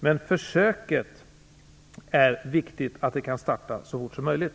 Men det är viktigt att försöket kan starta så fort som möjligt.